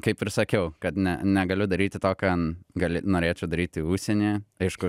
kaip ir sakiau kad ne negaliu daryti to ką gali norėčiau daryti užsienyje aišku